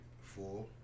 Four